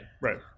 Right